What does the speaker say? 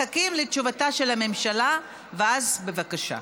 מחכים לתשובתה של הממשלה, ואז, בבקשה.